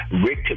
Rick